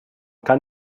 kann